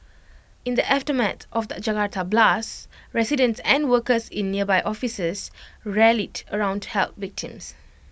in the aftermath of the Jakarta blasts residents and workers in nearby offices rallied round to help victims